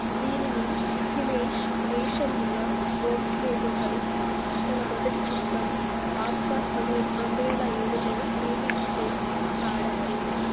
దీనిని హిమేష్ రేషమ్మియా భోంస్లేతో కలిసి తన మొదటి చిత్రం ఆప్ కా సురూర్ రెండు వేల ఏడులో రీమిక్స్ చేసి పాడారు